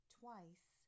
twice